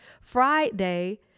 Friday